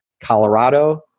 Colorado